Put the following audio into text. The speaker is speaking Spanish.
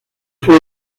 fue